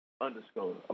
Underscore